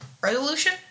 resolution